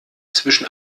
zwischen